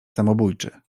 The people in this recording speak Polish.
samobójczy